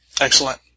Excellent